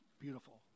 beautiful